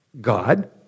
God